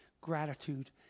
gratitude